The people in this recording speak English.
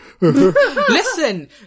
Listen